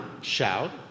shout